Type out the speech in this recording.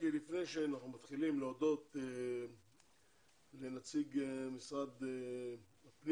לפני שאנחנו מתחילים אני רוצה להודות לנציג משרד הפנים,